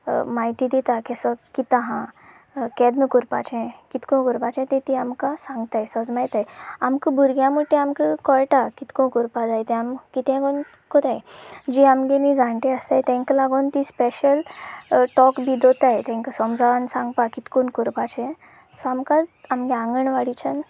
म्हायती दिता कशें कितें आसा केन्ना करपाचें कितको करपाचें तें ती आमकां सांगताय सजमायताय आमकां भुरग्यां म्हणटरी आमकां कळटा कितको करपा जाय तें आमकां कितें करून करतात जी आमचे न्हय जाणटी आसताय ताका लागून ती स्पेशल टॉक बी दवरता तांकां समजावन सांगपाक कितें करून करपाचें सो आमकां आमगे आंगणवाडीच्यान